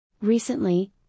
Recently